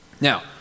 Now